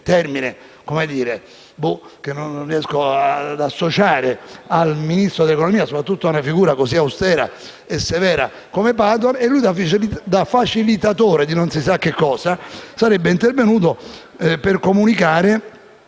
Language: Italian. termine che francamente non riesco ad associare al Ministro dell'economia, soprattutto ad una figura così austera e severa come Padoan - e da facilitatore (di non si sa che cosa) sarebbe intervenuto per comunicare